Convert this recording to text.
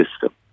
system